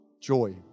joy